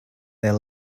their